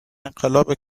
انقلاب